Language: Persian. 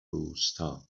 روستا